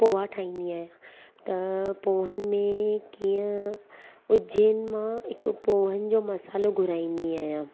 पोहा ठाहींदी आहियां त पोहनि में कीअं उज्जैन मां हिकु पोहनि जो मसालो घुराईंदी आहियां